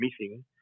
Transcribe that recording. missing